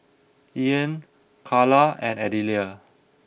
Ean Kayla and Adelia